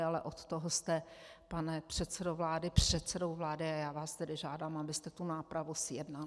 Ale od toho jste, pane předsedo vlády, předsedou vlády, a já vás tedy žádám, abyste tu nápravu zjednal.